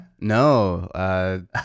No